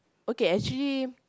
okay actually